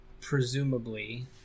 Presumably